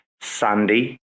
Sandy